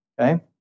okay